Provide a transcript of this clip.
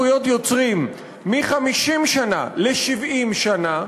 על זכויות יוצרים מ-50 שנה ל-70 שנה,